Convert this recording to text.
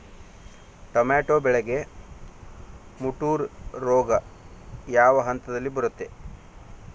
Tomato ಬೆಳೆಗೆ ಮುಟೂರು ರೋಗ ಯಾವ ಹಂತದಲ್ಲಿ ಬರುತ್ತೆ?